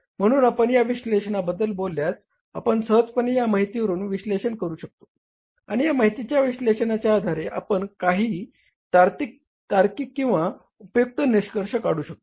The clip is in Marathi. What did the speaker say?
म्हणून आपण या विश्लेषणाबद्दल बोलल्यास आपण सहजपणे या माहितीवरून विश्लेषण करू शकतो आणि या माहितीच्या विश्लेषणाच्या आधारे आपण काही तार्किक किंवा उपयुक्त निष्कर्ष काढू शकतो